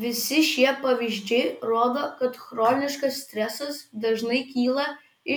visi šie pavyzdžiai rodo kad chroniškas stresas dažnai kyla